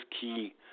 key